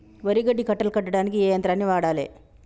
వరి గడ్డి కట్టలు కట్టడానికి ఏ యంత్రాన్ని వాడాలే?